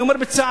אני אומר בצער,